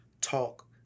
talk